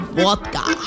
vodka